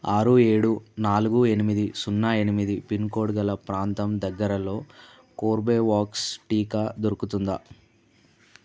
ఆరు ఏడు నాలుగు ఎనిమిది సున్నా ఎనిమిది పిన్ కోడ్ గల ప్రాంతం దగ్గరలో కోర్బేవాక్స్ టీకా దొరుకుతుందా